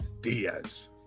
Diaz